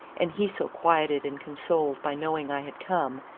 and he so quieted and consoled by knowing i had come,